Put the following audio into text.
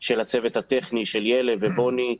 של הצוות הטכני של ילה ובוני.